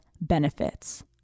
benefits